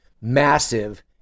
massive